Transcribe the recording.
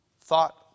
thought